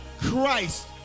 Christ